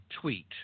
tweet